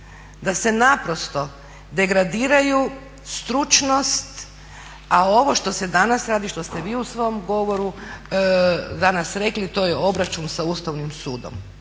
da se naprosto degradiraju stručnost, a ovo što se danas radi, što ste vi u svom govoru danas rekli to je obračun sa Ustavnim sudom.